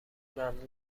ممنوع